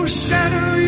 shadow